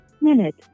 minute